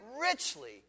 richly